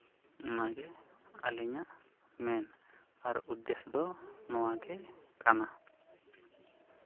ᱚᱱᱟᱜᱮ ᱟᱹᱞᱤᱧᱟᱜ ᱢᱮᱱ ᱟᱨ ᱩᱫᱽᱫᱮᱥᱥᱚ ᱫᱚ ᱱᱚᱣᱟᱜᱮ ᱠᱟᱱᱟ